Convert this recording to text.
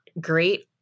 great